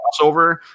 crossover